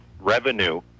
revenue